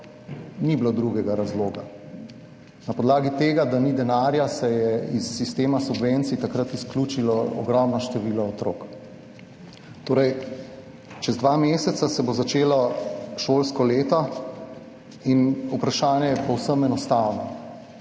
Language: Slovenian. ni bilo drugega razloga. Na podlagi tega, da ni denarja, se je iz sistema subvencij takrat izključilo ogromno število otrok. Čez dva meseca se bo začelo šolsko leto in vprašanje je povsem enostavno.